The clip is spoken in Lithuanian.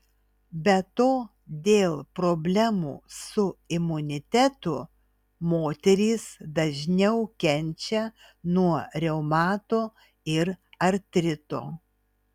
be to dėl problemų su imunitetu moterys dažniau kenčia nuo reumato ir artrito